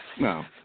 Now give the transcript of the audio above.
no